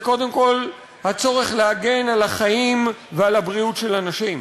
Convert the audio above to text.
הוא קודם כול הצורך להגן על החיים ועל הבריאות של אנשים.